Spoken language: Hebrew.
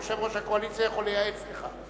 יושב-ראש הקואליציה יכול לייעץ לך.